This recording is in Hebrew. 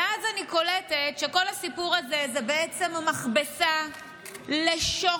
ואז אני קולטת שכל הסיפור הזה זה בעצם המכבסה לשוחד,